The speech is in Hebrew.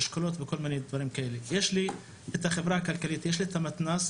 יש לי את החברה הכלכלית, יש לי את המתנ"ס,